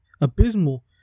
abysmal